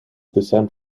descend